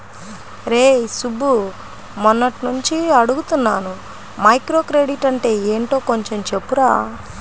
రేయ్ సుబ్బు, మొన్నట్నుంచి అడుగుతున్నాను మైక్రోక్రెడిట్ అంటే యెంటో కొంచెం చెప్పురా